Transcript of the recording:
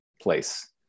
place